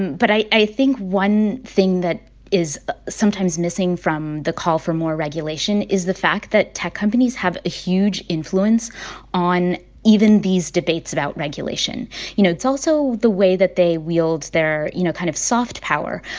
but i i think one thing that is sometimes missing from the call for more regulation is the fact that tech companies have a huge influence on even these debates about regulation you know, it's also the way that they wield their, you know, kind of soft power.